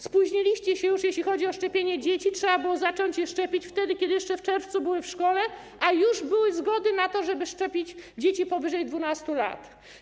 Spóźniliście się już, jeśli chodzi o szczepienie dzieci: trzeba było zacząć je szczepić w czerwcu, wtedy kiedy jeszcze były w szkole, a już były zgody na to, żeby szczepić dzieci powyżej 12 lat.